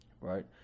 Right